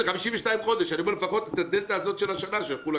לפחות הדלתא הזאת של השנה.